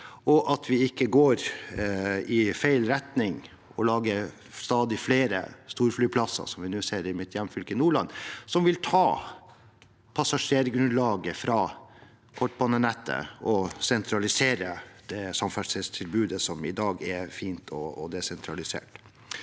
og at vi ikke går i feil retning og lager stadig flere storflyplasser, som vi nå ser i mitt hjemfylke Nordland, som vil ta passasjergrunnlaget fra kortbanenettet og sentralisere det samferdselstilbudet som i dag er fint og desentralisert.